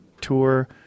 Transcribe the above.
tour